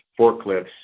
forklifts